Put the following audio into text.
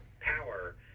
power